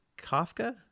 Kafka